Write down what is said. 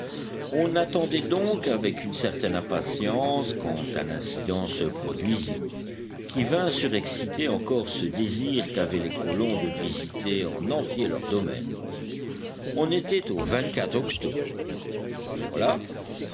on attendait donc avec une certaine impatience quand un incident se produisit qui vint surexciter encore ce désir qu'avaient les colons de visiter en entier leur domaine on était au octobre ce jour-là